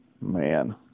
Man